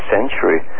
Century